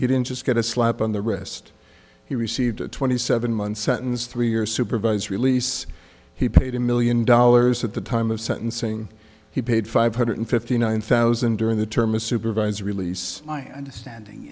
he didn't just get a slap on the wrist he received a twenty seven month sentence three years supervised release he paid a million dollars at the time of sentencing he paid five hundred fifty nine thousand during the term a supervisor release my understanding